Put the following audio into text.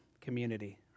community